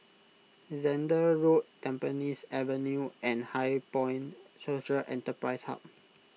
Zehnder Road Tampines Avenue and HighPoint Social Enterprise Hub